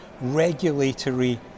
regulatory